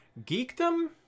Geekdom